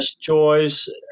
choice